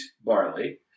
barley